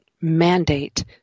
mandate